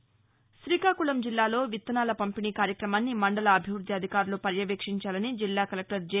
న్ వరీకాకుళం జిల్లాలో విత్తనాల పంపిణీ కార్యక్రమాన్ని మండల అభివృద్ధి అధికారులు పర్యవేక్షించాలని జిల్లా కలెక్లర్ జె